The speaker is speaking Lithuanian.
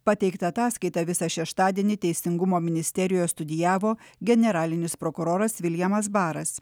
pateiktą ataskaitą visą šeštadienį teisingumo ministerijoje studijavo generalinis prokuroras viljamas baras